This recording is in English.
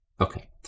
okay